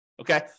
okay